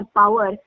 power